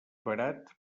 barat